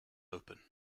open